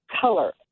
color